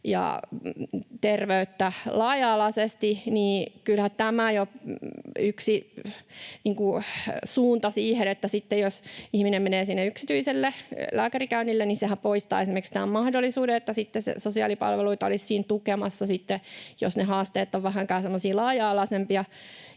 ja terveyttä laaja-alaisesti. Kyllähän tämä on jo yksi suunta siihen, että sitten jos ihminen menee sinne yksityiselle lääkärikäynnille, niin sehän poistaa esimerkiksi tämän mahdollisuuden, että sosiaalipalveluita olisi siinä tukemassa, jos ne haasteet ovat vähänkään semmoisia